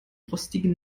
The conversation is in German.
rostigen